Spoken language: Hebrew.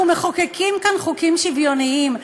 אנחנו מחוקקים כאן חוקים שוויוניים.